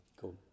Cool